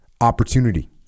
opportunity